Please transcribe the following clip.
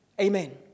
Amen